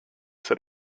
said